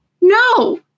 no